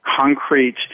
concrete